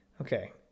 Okay